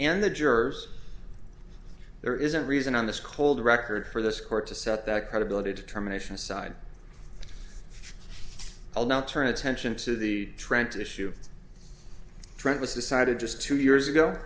and the jurors there isn't reason on this cold record for this court to set that credibility determination aside i'll now turn attention to the trent issue trend was decided just two years ago